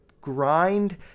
grind